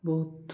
ବହୁତ